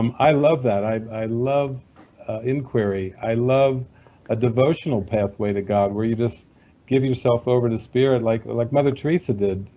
um i love that. i i love inquiry. i love a devotional pathway to god where you just give yourself over to spirit like like mother teresa did,